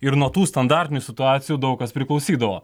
ir nuo tų standartinių situacijų daug kas priklausydavo